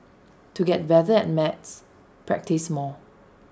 to get better at maths practise more